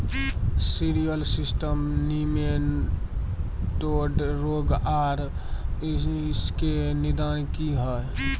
Cereal cyst nematode रोग आर इसके निदान की हय?